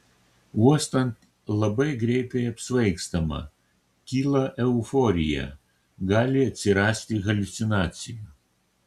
uostant labai greitai apsvaigstama kyla euforija gali atsirasti haliucinacijų